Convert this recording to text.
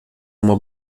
uma